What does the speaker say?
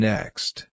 Next